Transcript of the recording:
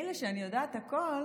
מילא שאני יודעת הכול,